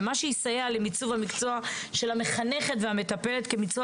ומה שיסייע למיצוב המקצוע של המחנכת והמטפלת כמקצוע